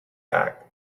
back